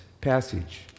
passage